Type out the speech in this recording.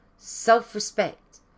self-respect